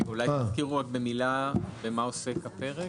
אולי תזכירו במילה במה עוסק הפרק.